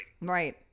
right